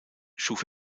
schuf